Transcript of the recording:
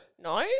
No